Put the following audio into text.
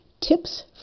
Tips